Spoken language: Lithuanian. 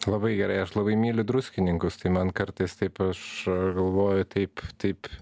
labai gerai aš labai myliu druskininkus tai man kartais taip aš galvoju taip taip